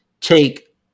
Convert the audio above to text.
take